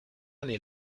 année